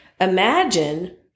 Imagine